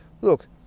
Look